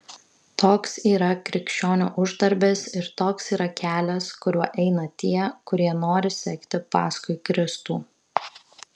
toks yra krikščionio uždarbis ir toks yra kelias kuriuo eina tie kurie nori sekti paskui kristų